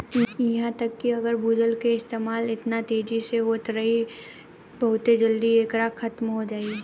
इहा तक कि अगर भूजल के इस्तेमाल एतना तेजी से होत रही बहुत जल्दी एकर खात्मा हो जाई